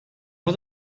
was